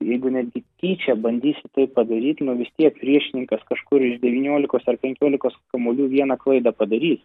jeigu netgi tyčia bandysi padaryti nu vis tiek priešininkas kažkur iš devyniolikos ar penkiolikos kamuolių vieną klaidą padarys